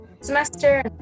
semester